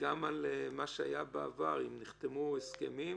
גם על מה שהיה בעבר, אם נחתמו הסכמים.